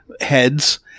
heads